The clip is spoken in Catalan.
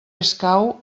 escau